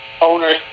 owners